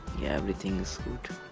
yeah everything is good